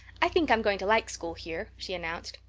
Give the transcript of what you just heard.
i think i'm going to like school here, she announced.